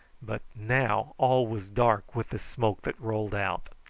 but now all was dark with the smoke that rolled out.